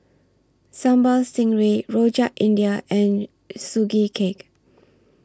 Sambal Stingray Rojak India and Sugee Cake